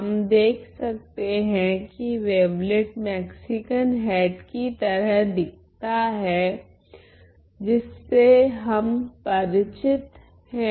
हम देख सकते है कि वेवलेट मेक्सिकन हेट कि तरह दिखता है जिससे हम परिचित हैं